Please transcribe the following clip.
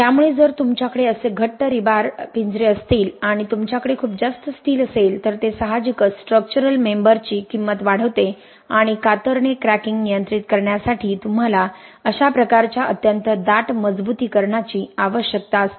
त्यामुळे जर तुमच्याकडे असे घट्ट रीबार पिंजरे असतील आणि तुमच्याकडे खूप जास्त स्टील असेल तर ते साहजिकच स्ट्रक्चरल मेंबरची किंमत वाढवते आणि कातरणे क्रॅकिंग नियंत्रित करण्यासाठी तुम्हाला अशा प्रकारच्या अत्यंत दाट मजबुतीकरणाची आवश्यकता असते